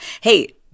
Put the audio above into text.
Hey